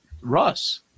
Russ